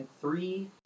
three